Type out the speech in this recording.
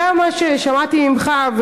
גם מה ששמעתי ממך,